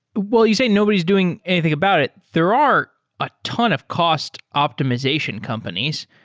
well, you say nobody is doing anything about it. there are a ton of cost optimization companies.